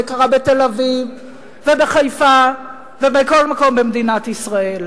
זה קרה בתל-אביב ובחיפה ובכל מקום במדינת ישראל.